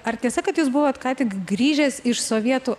ar tiesa kad jūs buvot ką tik grįžęs iš sovietų